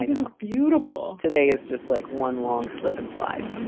you know just beautiful today. it's just like one long slip and slide.